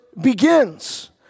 begins